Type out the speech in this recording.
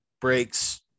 breaks